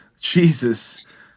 Jesus